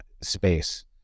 space